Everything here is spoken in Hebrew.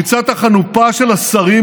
ריצת החנופה של השרים